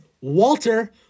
Walter